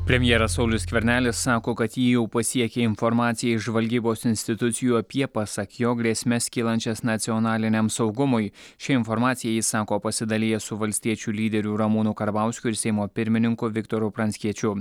premjeras saulius skvernelis sako kad jį jau pasiekė informacija iš žvalgybos institucijų apie pasak jo grėsmes kylančias nacionaliniam saugumui šia informacija jis sako pasidalijęs su valstiečių lyderiu ramūnu karbauskiu ir seimo pirmininku viktoru pranckiečiu